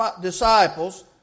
disciples